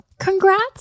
Congrats